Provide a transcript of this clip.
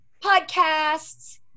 podcasts